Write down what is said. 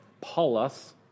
Paulus